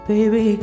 Baby